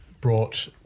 brought